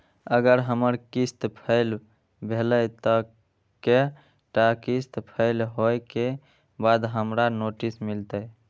अगर हमर किस्त फैल भेलय त कै टा किस्त फैल होय के बाद हमरा नोटिस मिलते?